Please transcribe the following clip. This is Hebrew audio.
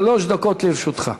שלוש דקות לרשותך.